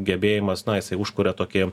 gebėjimas na jisai užkuria tokį